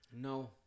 No